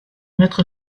mettre